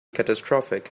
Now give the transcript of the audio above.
catastrophic